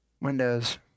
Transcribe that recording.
Windows